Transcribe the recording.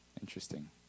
Interesting